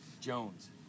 Jones